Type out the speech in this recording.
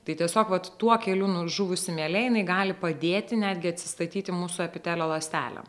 tai tiesiog vat tuo keliu nu žuvusi mielė gali padėti netgi atsistatyti mūsų epitelio ląstelėms